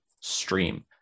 stream